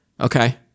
Okay